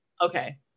okay